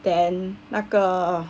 then 那个